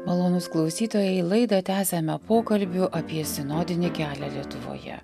malonūs klausytojai laida tęsiame pokalbiu apie sinodinį kelią lietuvoje